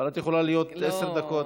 אבל את יכולה להיות עשר דקות,